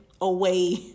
away